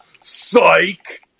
psych